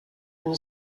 own